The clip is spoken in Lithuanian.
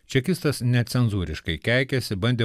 čekistas necenzūriškai keikėsi bandė